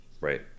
Right